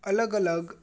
અલગ અલગ